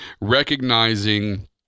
recognizing